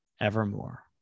evermore